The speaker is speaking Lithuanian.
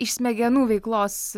iš smegenų veiklos